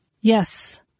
Yes